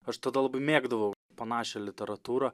aš tada labai mėgdavau panašią literatūrą